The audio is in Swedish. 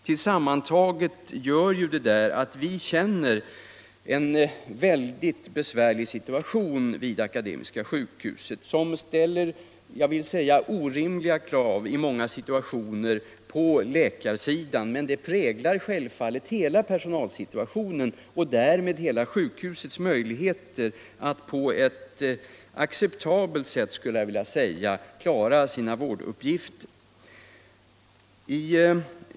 Tillsammantaget gör detta att vi är i en väldigt besvärlig situation vid Akademiska sjukhuset som i många fall ställer, vill jag säga, orimliga krav på läkarsidan. Det präglar självfallet hela personalsituationen och därmed hela sjukhusets möjligheter att på ett acceptabelt sätt klara sina vårduppgifter.